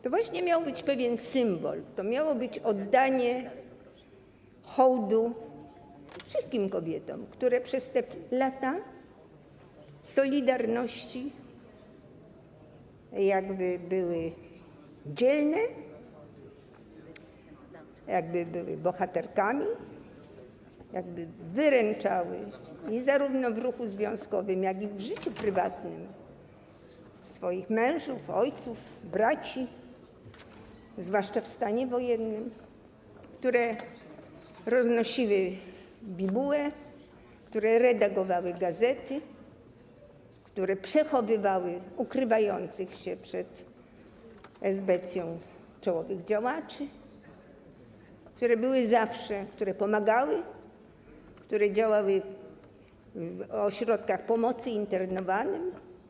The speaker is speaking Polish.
To właśnie miał być pewien symbol, to miało być oddanie hołdu wszystkim kobietom, które przez lata „Solidarności” były dzielne, były bohaterkami, wyręczały zarówno w ruchu związkowym, jak i w życiu prywatnym swoich mężów, ojców, braci, zwłaszcza w stanie wojennym, które roznosiły bibułę, które redagowały gazety, które przechowywały ukrywających się przed esbecją czołowych działaczy, które były zawsze, które pomagały, które działały w ośrodkach pomocy internowanym.